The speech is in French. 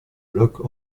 bloc